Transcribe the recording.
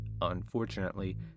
Unfortunately